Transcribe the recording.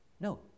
No